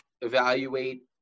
evaluate